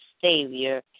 Savior